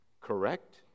Correct